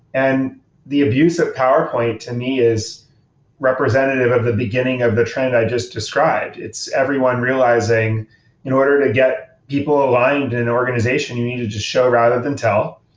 and the abuse of powerpoint to me is representative of the beginning of the trend i just described. it's everyone realizing in order to get people aligned in an organization, you need to just show rather than tell.